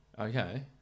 Okay